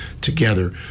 together